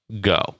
go